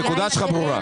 הנקודה שלך ברורה,